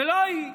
ולא היא.